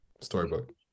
storybook